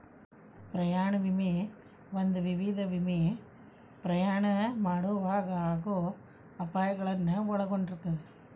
ಪ್ರಯಾಣ ವಿಮೆ ಒಂದ ವಿಧದ ವಿಮೆ ಪ್ರಯಾಣ ಮಾಡೊವಾಗ ಆಗೋ ಅಪಾಯಗಳನ್ನ ಒಳಗೊಂಡಿರ್ತದ